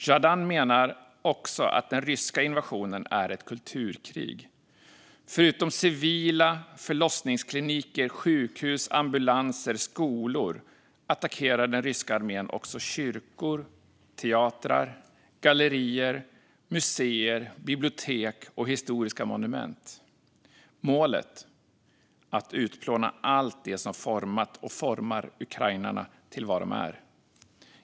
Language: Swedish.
Zjadan menar att den ryska invasionen också är ett kulturkrig: Förutom civila, förlossningskliniker, sjukhus, ambulanser och skolor attackerar den ryska armén också kyrkor, teatrar, gallerier, museer, bibliotek och historiska monument. Målet: att utplåna allt det som format och formar ukrainarna till vad de är.